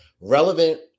relevant